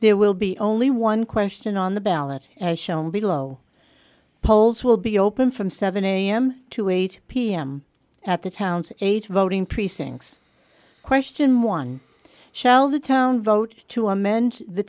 there will be only one question on the ballot as shown below polls will be open from seven am to eight pm at the town's eight voting precincts question one shall the town vote to amend the